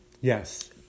Yes